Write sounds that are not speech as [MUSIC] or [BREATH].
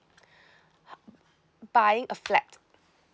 [BREATH] h~ buying a flat